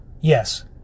Yes